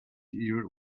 your